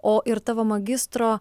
o ir tavo magistro